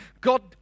God